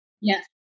Yes